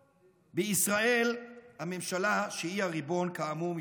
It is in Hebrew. בישראל הממשלה, שהיא הריבון, כאמור,